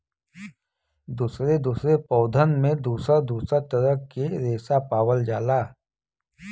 दुसरे दुसरे पौधन में दुसर दुसर तरह के रेसा पावल जाला